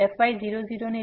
તેથી fy0 0 limit Δy→0 છે